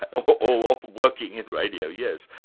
ah but or working in radio, yes.